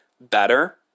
better